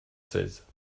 seize